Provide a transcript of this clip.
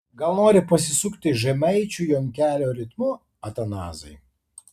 gal nori pasisukti žemaičių jonkelio ritmu atanazai